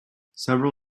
several